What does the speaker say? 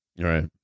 Right